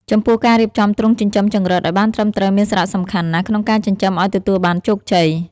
ចំពោះការរៀបចំទ្រុងចិញ្ចឹមចង្រិតឱ្យបានត្រឹមត្រូវមានសារៈសំខាន់ណាស់ក្នុងការចិញ្ចឹមឱ្យទទួលបានជោគជ័យ។